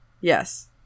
Yes